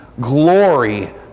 glory